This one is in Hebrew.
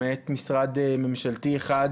למעט משרד ממשלתי אחד,